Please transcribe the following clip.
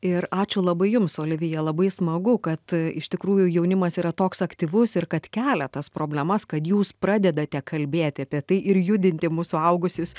ir ačiū labai jums olivija labai smagu kad iš tikrųjų jaunimas yra toks aktyvus ir kad kelia tas problemas kad jūs pradedate kalbėti apie tai ir judinti mus suaugusius